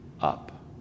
Up